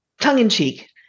tongue-in-cheek